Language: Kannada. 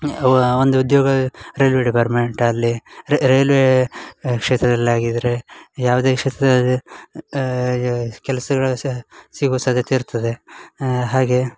ವ ಒಂದು ಉದ್ಯೋಗ ರೈಲ್ವೆ ಡಿಬಾರ್ಮೆಂಟಲ್ಲಿ ರೈಲ್ವೇ ಕ್ಷೇತ್ರದಲ್ಲಿ ಆಗಿದ್ದರೆ ಯಾವುದೇ ಕ್ಷೇತ್ರದಲ್ಲಿ ಯಾ ಕೆಲ್ಸಗಳು ಶಾ ಸಿಗೋ ಸಾಧ್ಯತೆ ಇರ್ತದೆ ಹಾಗೆ